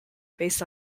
based